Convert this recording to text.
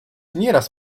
nieraz